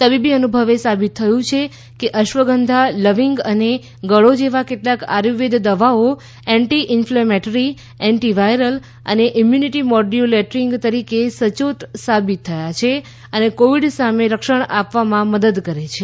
તબીબીઅનુભવે સાબિત થયું છે કે અશ્વગંધા લવિંગ અને ગળી જેવા કેટલાક આયુર્વેદ દવાઓ એન્ટિ ઇન્ફ્લેમેટરી એન્ટિવાયરલ અને ઇમ્યુનિટી મોડચુલેટિંગ તરીકે સયોટ સાબિતથયાં છે અને કોવિડ સામે રક્ષણ કરવામાં મદદ કરે છે